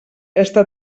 està